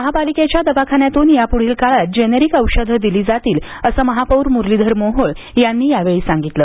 महापालिकेच्या दवाखान्यातून यापुढील काळात जेनेरिक औषधं दिली जातील असं महापौर मुरलीधर मोहोळ यांनी यावेळी सांगितलं